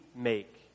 make